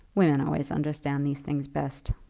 women always understand these things best,